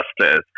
justice